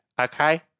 Okay